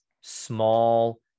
small